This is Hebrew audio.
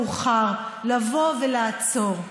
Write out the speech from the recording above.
עדיין לא מאוחר לבוא ולעצור.